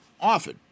often